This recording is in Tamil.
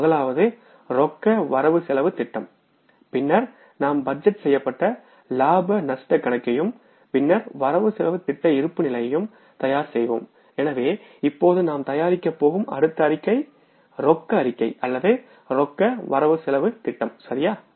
முதலாவது ரொக்க திட்ட பட்டியல்பின்னர் நாம் பட்ஜெட் செய்யப்பட்ட லாப நஷ்டக் கணக்கையும் பின்னர் வரவுசெலவுத் திட்ட இருப்புநிலை குறிப்பையும் தயார் செய்வோம் எனவே இப்போது நாம் தயாரிக்கப் போகும் அடுத்த அறிக்கை ரொக்க திட்ட பட்டியல் அல்லது ரொக்கவரவு செலவுத் திட்டம்சரியா